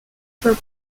for